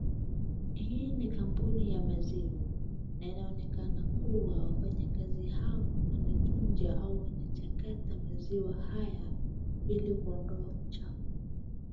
Hii ni kampuni ya maziwa na inaonekana kuwa wanafanyikazi hawa na wanachunja au wanachakata maziwa haya ili kuondoa uchafu